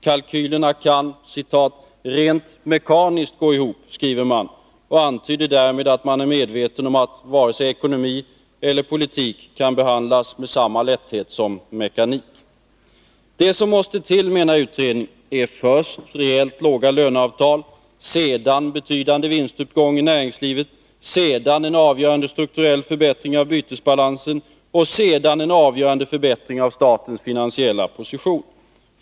Kalkylerna kan ”rent mekaniskt” gå ihop, skriver man, och antyder därmed att man är medveten om att varken ekonomi eller politik kan behandlas med samma lätthet som mekanik. Det som måste till, menar utredningen, är först rejält låga löneavtal, sedan en betydande vinstuppgång i näringslivet, sedan en avgörande strukturell förbättring av bytesbalansen och därefter en avgörande förbättring av statens finansiella position.